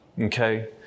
okay